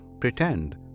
pretend